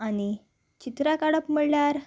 आनी चित्रां काडप म्हणल्यार